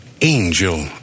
angel